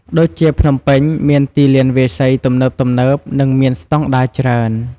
ដូចជាភ្នំពេញមាន ទីលានវាយសី ទំនើបៗ និងមានស្តង់ដារច្រើន។